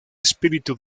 espíritu